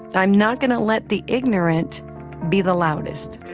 i'm not going to let the ignorant be the loudest